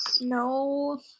no